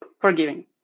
forgiving